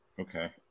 Okay